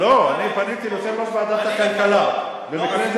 לא, אני פניתי ליושב-ראש ועדת הכלכלה, נכון.